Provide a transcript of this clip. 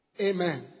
Amen